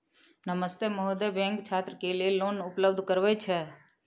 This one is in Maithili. नमस्ते महोदय, बैंक छात्र के लेल लोन उपलब्ध करबे छै?